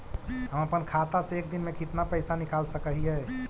हम अपन खाता से एक दिन में कितना पैसा निकाल सक हिय?